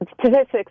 statistics